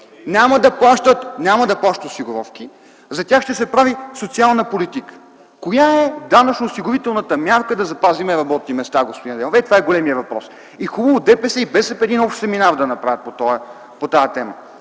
няма да плащат осигуровки, за тях ще се прави социална политика. Коя е данъчно-осигурителната мярка да запазим работни места, господин Адемов? Ето, това е големият въпрос. Хубаво е ДПС и БСП да направят един общ семинар по тази тема.